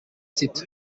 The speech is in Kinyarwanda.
sita